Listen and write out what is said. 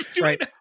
Right